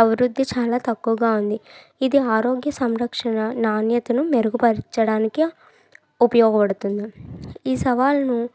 అభివృద్ధి చాలా తక్కువగా ఉంది ఇది ఆరోగ్య సంరక్షణ నాణ్యతను మెరుగుపరచడానికి ఉపయోగపడుతుంది ఈ సవాలను